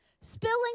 spilling